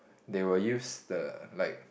they will use the like